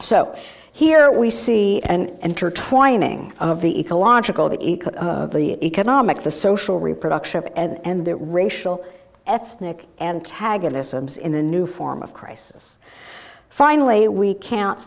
so here we see and intertwining of the ecological the economic the social reproduction of and the racial ethnic antagonisms in a new form of crisis finally it we can